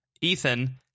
Ethan